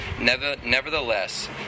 Nevertheless